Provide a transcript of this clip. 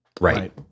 Right